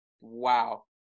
wow